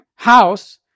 House